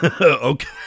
Okay